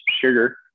sugar